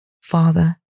Father